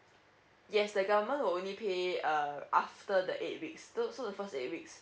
yes the government will only pay err after the eight weeks so so the first eight weeks